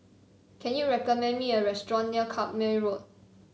can you recommend me a restaurant near Carpmael Road